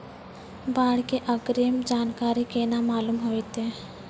बाढ़ के अग्रिम जानकारी केना मालूम होइतै?